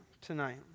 tonight